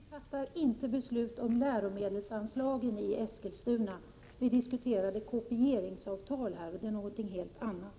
Fru talman! Nej, vi fattar inte beslut om läromedelsanslagen i Eskilstuna. Vi diskuterade här kopieringsavtal, och det är någonting helt annat.